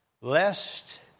lest